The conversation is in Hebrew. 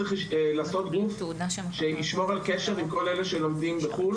צריך לעשות גוף שישמור על קשר עם כל אלה שלומדים בחו"ל,